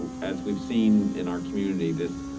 as we've seen in our community, this